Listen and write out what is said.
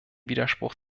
widerspruch